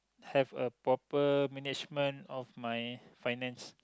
have a proper management of my finance